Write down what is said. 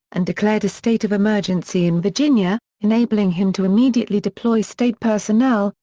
and declared a state of emergency in virginia, enabling him to immediately deploy state personnel,